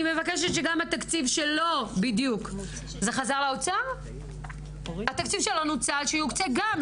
אני מבקשת שהתקציב שלא נוצל שיוקצה גם,